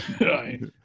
Right